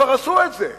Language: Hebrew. כבר עשו את זה.